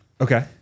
Okay